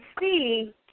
see